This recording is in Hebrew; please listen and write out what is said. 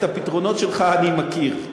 את הפתרונות שלך אני מכיר,